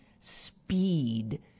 speed